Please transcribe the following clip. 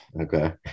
okay